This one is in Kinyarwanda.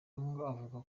avuga